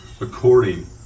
according